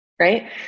right